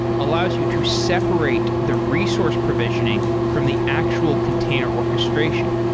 allows you to separate the resource provisioning from the actual container orchestration.